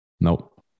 Nope